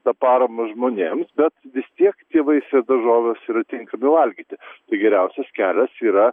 tą paramą žmonėms bet vis tiek tie vaisiai ir daržovės yra tinkami valgyti tai geriausias kelias yra